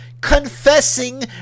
confessing